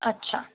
अच्छा